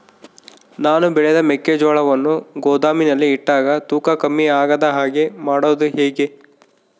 ನಾನು ಬೆಳೆದ ಮೆಕ್ಕಿಜೋಳವನ್ನು ಗೋದಾಮಿನಲ್ಲಿ ಇಟ್ಟಾಗ ತೂಕ ಕಮ್ಮಿ ಆಗದ ಹಾಗೆ ಮಾಡೋದು ಹೇಗೆ?